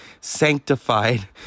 sanctified